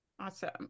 Awesome